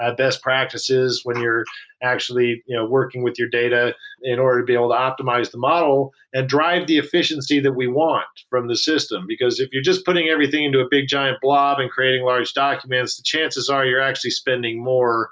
ah best practices, when you're actually you know working with your data in order to be able to optimize the model and drive the efficiency that we want from the system, because if you're just putting everything into a big giant blob and creating large documents, the chances are you're actually spending more